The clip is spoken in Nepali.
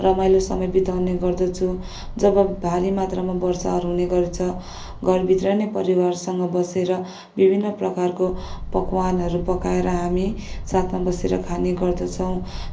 रमाइलो समय बिताउने गर्दछु जब भारी मात्रामा वर्षाहरू हुने गर्छ घरभित्र नै परिवारसँग बसेर विभिन्न प्रकारको पकवानहरू पकाएर हामी साथमा बसेर खाने गर्दछौँ